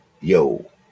Yo